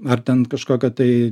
ar ten kažkokio tai